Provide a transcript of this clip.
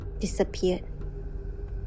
disappeared